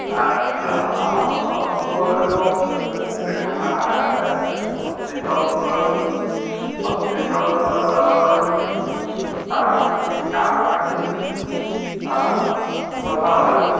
अच्छा तो हमको एगो पेसेन्ट देखाना है हॉस्पिटल हॉस्पिटल का का यह है हाँ हाँ है